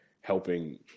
helping